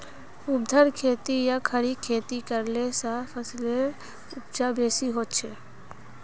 ऊर्ध्वाधर खेती या खड़ी खेती करले स फसलेर उपज बेसी हछेक